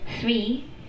Three